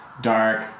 dark